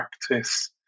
practice